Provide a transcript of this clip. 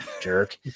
Jerk